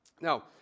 Now